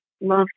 love